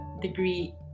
degree